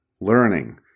learning